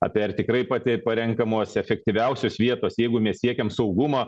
apie ar tikrai pati parenkamos efektyviausios vietos jeigu mes siekėme saugumo